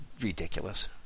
ridiculous